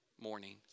morning